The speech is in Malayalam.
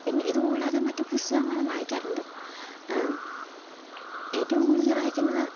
പിന്നെ ഇതുകൂടാതെ മറ്റു പുസ്തകങ്ങളും വായിക്കാറുണ്ട് ഏറ്റവും കൂടുതല് വായിക്കുന്നത്